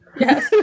Yes